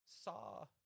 Saw